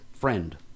friend